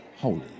holy